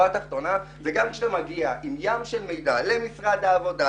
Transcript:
התחתונה שגם כשאתה מגיע עם ים של מידע למשרד העבודה,